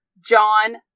John